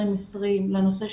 תקצבנו 20 מיליון להנגשה.